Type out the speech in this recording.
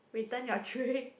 return your tray